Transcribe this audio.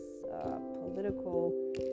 political